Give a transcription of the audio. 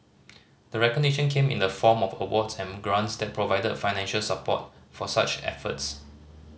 the recognition came in the form of awards and grants that provide financial support for such efforts